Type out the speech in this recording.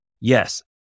Yes